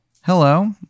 hello